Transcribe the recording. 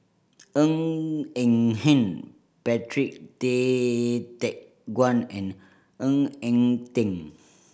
Ng Eng Hen Patrick Tay Teck Guan and Ng Eng Teng